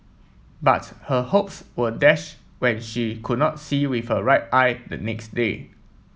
but her hopes were dash when she could not see with her right eye the next day